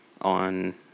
on